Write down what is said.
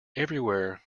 everywhere